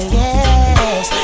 yes